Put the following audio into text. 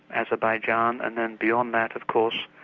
azerbaijan, and then beyond that of course,